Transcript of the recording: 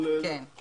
אז